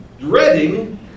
dreading